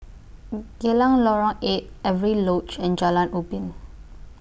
Geylang Lorong eight Avery Lodge and Jalan Ubin